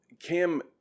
Cam